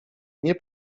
nie